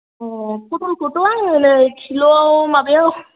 अ पटलखौथ' आङो नै किल' माबायाव